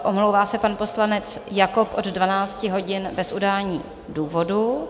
Omlouvá se pan poslanec Jakob od 12 hodin bez udání důvodu.